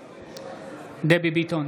נגד דבי ביטון,